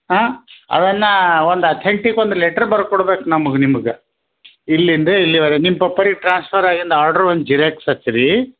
ಹಾಂ ಅದನ್ನ ಒಂದು ಅತೆಂಟಿಕ್ ಒಂದು ಲೆಟ್ರ್ ಬರ್ದು ಕೊಡ್ಬೇಕು ನಮ್ಗೆ ನಿಮ್ಗೆ ಇಲ್ಲಿಂದ ಇಲ್ಲಿವರೆ ನಿಮ್ಮ ಪಪ್ಪೊರಿಗೆ ಟ್ರಾನ್ಸ್ಫರ್ ಆಗಿಂದು ಒಂದು ಆರ್ಡ್ರು ಒಂದು ಜಿರೆಕ್ಸ್ ಹಚ್ ರೀ